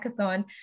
hackathon